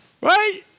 Right